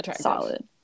solid